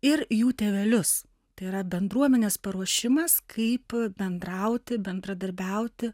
ir jų tėvelius tai yra bendruomenės paruošimas kaip bendrauti bendradarbiauti